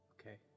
Okay